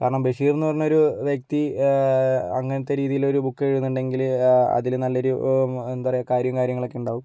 കാരണം ബഷീർ എന്ന് പറഞ്ഞൊരു വ്യക്തി അങ്ങനത്തെ രീതിലൊരു ബുക്ക് എഴുതുന്നുണ്ടെങ്കില് അതിൽ നല്ലൊരു എന്താ പറയുക കാര്യം കാര്യങ്ങളൊക്കെ ഉണ്ടാവും